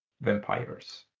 vampires